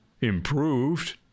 Improved